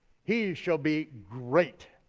he shall be great,